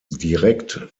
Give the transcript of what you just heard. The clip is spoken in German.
direkt